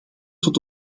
tot